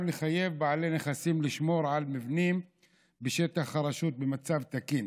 לחייב בעלי נכסים לשמור על מבנים בשטח הרשות במצב תקין